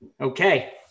Okay